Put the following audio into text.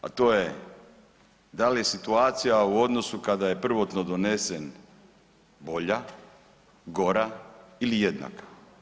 A to je da li je situacija u odnosu kada je prvotno donesen bolja, gora ili jednaka.